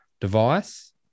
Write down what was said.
device